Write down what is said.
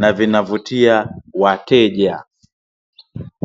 na vinavutia wateja.